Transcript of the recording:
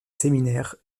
séminaires